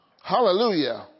Hallelujah